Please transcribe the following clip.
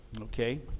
okay